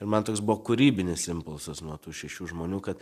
ir man toks buvo kūrybinis impulsas nuo tų šešių žmonių kad